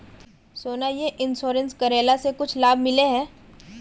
सोना यह इंश्योरेंस करेला से कुछ लाभ मिले है?